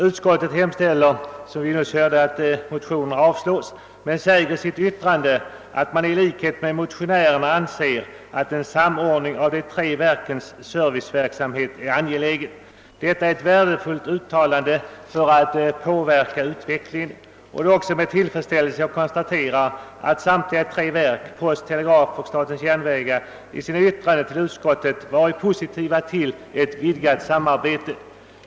Utskottet hemställer att dessa motioner måtte avslås men säger också: »I likhet med motionärerna anser utskottet en samordning av de tre verkens serviceverksamhet angelägen.« Detta är ett värdefullt uttalande när det gäller att påverka utvecklingen, och jag konstaterar också med tillfredsställelse att samtliga verk — post, tele och SJ — i sina yttranden till utskottet har ställt sig positiva till ett vidgat samarbete.